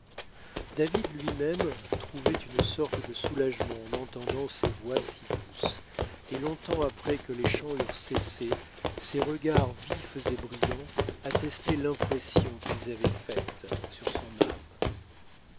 david lui-même trouvait une sorte de soulagement en entendant ces voix si douces et longtemps après que les chants eurent cessé ses regards vifs et brillants attestaient l'impression qu'ils avaient faite sur son âme